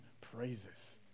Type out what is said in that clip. praises